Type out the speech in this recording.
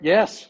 Yes